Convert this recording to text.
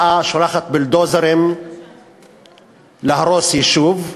שולחת בולדוזרים להרוס יישוב,